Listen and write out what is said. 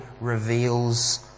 reveals